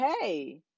Hey